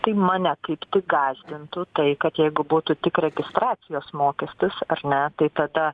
tai mane kaip tik gąsdintų tai kad jeigu būtų tik registracijos mokestis ar ne tai tada